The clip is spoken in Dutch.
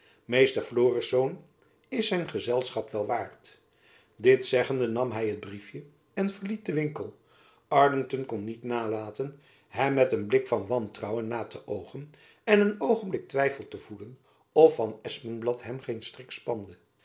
meester florisz is zijn gezelschap wel waard dit zeggende nam hy het briefjen en verliet den winkel arlington kon niet nalaten hem met een blik van jacob van lennep elizabeth musch wantrouwen na te oogen en een oogenblik twijfel te voeden of van espenblad hem geen strik spande